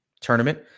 tournament